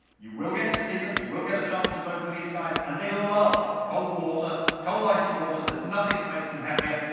you will get to see them. you will get a chance to vote for these guys. and they love cold water, cold icy water, there's nothing that makes them happier.